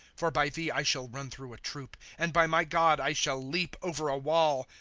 for by thee i shall run through a troop. and by my g-od i shall leap over a wall.